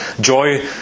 joy